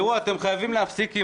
תראו, אתם חייבים להפסיק.